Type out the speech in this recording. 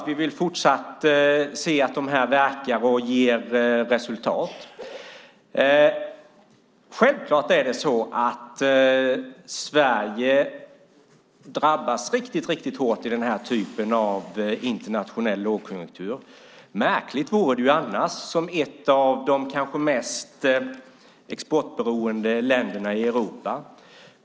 Vi vill fortsatt att de verkar och ger resultat. Självklart drabbas Sverige riktigt hårt i den här typen av internationell lågkonjunktur - märkligt vore det annars - som ett av de mest exportberoende länderna i Europa.